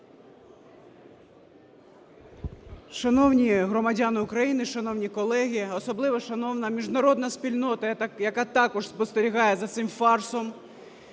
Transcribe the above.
Шановні громадяни України, шановні колеги, особливо шановна міжнародна спільнота, яка також спостерігає за цим фарсом.